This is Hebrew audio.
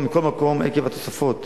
מכל מקום, עקב התוספת